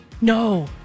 No